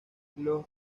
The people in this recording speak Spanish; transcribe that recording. los